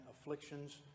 afflictions